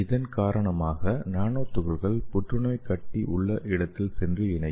இதன் காரணமாக நானோ துகள்கள் புற்றுநோய் கட்டி உள்ள இடத்தில் சென்று இணையும்